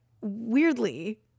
weirdly